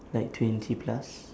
like twenty plus